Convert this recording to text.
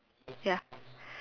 ya